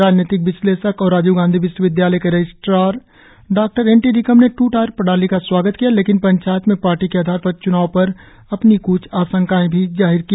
राजनैतिक विश्लेषक और राजीव गांधी विश्वविद्यालय के रजिस्ट्रर डॉ एन टी रिकम ने ट् टायर प्रणाली का स्वागत किया लेकिन पंचायत में पार्टी के आधार पर च्नाव पर अपनी क्छ आशंकाए भी जाहिर की